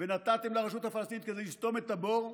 ונתתם לרשות הפלסטינית כדי לסתום את הבור,